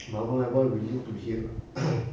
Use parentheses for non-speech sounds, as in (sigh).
mama abah willing to hear (coughs)